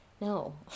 No